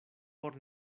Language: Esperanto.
por